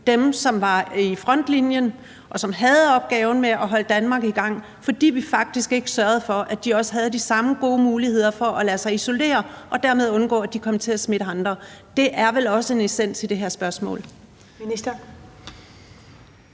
dem, som var i frontlinjen, og som havde opgaven med at holde Danmark i gang, fordi vi faktisk ikke sørgede for, at de også havde de samme gode muligheder for at lade sig isolere og dermed undgå, at de kom til at smitte andre? Det er vel også en essens i det her spørgsmål.